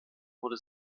wurde